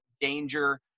danger